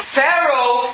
Pharaoh